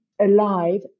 alive